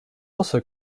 also